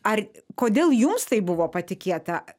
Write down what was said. ar kodėl jums tai buvo patikėta